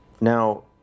Now